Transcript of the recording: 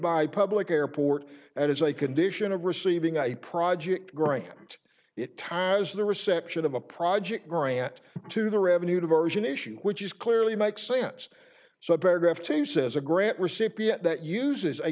by public airport as a condition of receiving a project grant it ties the reception of a project grant to the revenue diversion issue which is clearly make sense so paragraph two says a grant recipient that uses a